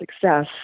success